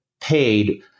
paid